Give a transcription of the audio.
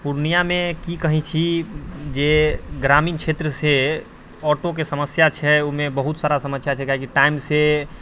पूर्णियामे की कहै छी जे ग्रामीण क्षेत्रसँ ऑटोके समस्या छै ओहिमे बहुत सारा समस्या छै कियाकि टाइमसँ